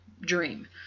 dream